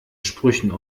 sprüchen